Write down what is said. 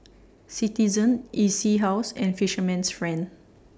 Citizen E C House and Fisherman's Friend